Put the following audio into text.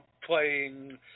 playing